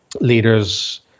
leaders